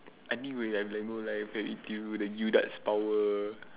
I think we have lego life the E T U the U darts power